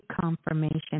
confirmation